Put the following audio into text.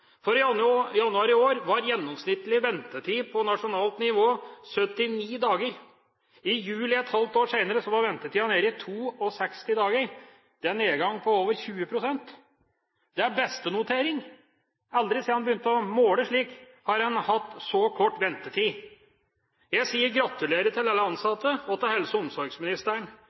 kunnskap. I januar i år var gjennomsnittlig ventetid på nasjonalt nivå 79 dager. I juli, et halvt år senere, var ventetiden nede i 62 dager. Det er en nedgang på over 20 pst. Det er bestenotering. Aldri siden man begynte å måle slikt, har man hatt så kort ventetid. Jeg gratulerer alle ansatte og helse- og omsorgsministeren,